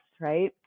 right